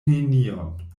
nenion